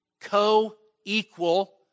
co-equal